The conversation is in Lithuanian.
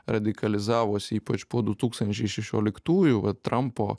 radikalizavosi ypač po du tūkstančiai šešioliktųjų va trampo